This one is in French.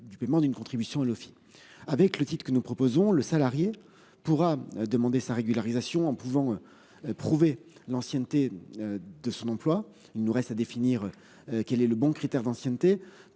du paiement d'une contribution et le film avec le site que nous proposons, le salarié pourra demander sa régularisation en pouvant. Prouver l'ancienneté. De son emploi, il nous reste à définir. Quel est le bon critère d'ancienneté,